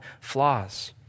flaws